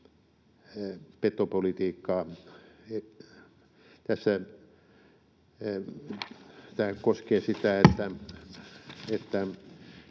petopolitiikkaa. Tämä koskee sitä, että